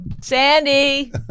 sandy